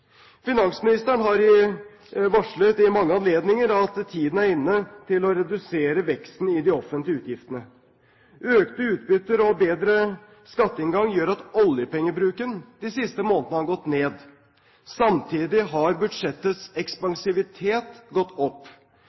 Finansministeren har varslet ved mange anledninger at tiden er inne til å redusere veksten i de offentlige utgiftene. Økt utbytte og bedre skatteinngang gjør at oljepengebruken de siste månedene har gått ned. Samtidig har budsjettets ekspansivitet gått opp.